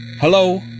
Hello